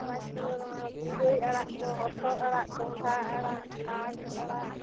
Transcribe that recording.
ᱟᱱᱟᱡᱽ ᱠᱚᱫᱚ ᱱᱚᱣᱟ ᱯᱩᱨᱟᱹᱭ ᱟᱲᱟᱜ ᱠᱚ ᱦᱚᱛᱚᱫ ᱟᱲᱟᱜ ᱠᱚ ᱠᱚᱦᱚᱸᱰᱟ ᱟᱲᱟᱜ ᱯᱟᱴ ᱟᱲᱟᱜ